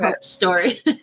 story